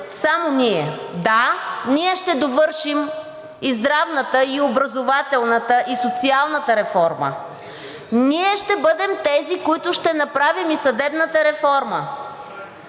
само ние. Да, ние ще довършим и здравната, и образователната, и социалната реформа. Ние ще бъдем тези, които ще направим и съдебната реформа